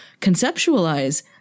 conceptualize